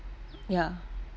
ya